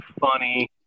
funny